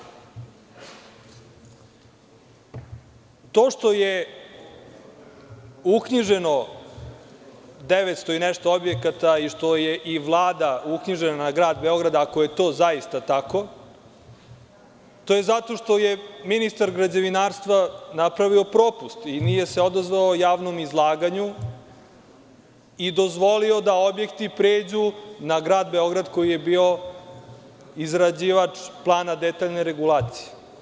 To što je uknjiženo 900 i nešto objekata i što je i Vlada uknjižena na Grad Beograd, ako je to zaista tako, to je zato što je ministar građevinarstva napravio propust i nije se odazvao javnom izlaganju i dozvolio da objekti pređu na Grad Beograd, koji je bio izrađivač plana detaljne regulacije.